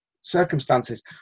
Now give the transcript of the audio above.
circumstances